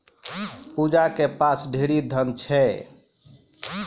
पूजा के पास ढेरी धन छै